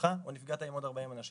בגפך או נפגעת עם עוד 40 אנשים,